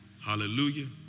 Hallelujah